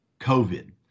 COVID